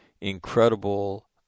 incredible